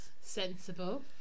Sensible